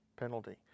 penalty